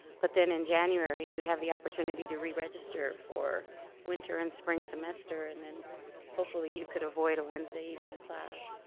but then in january you'd have the opportunity to re-register for winter and spring semester. and then hopefully you could avoid a wednesday evening class.